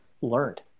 learned